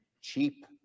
cheap